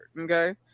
Okay